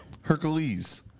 Hercules